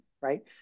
right